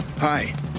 Hi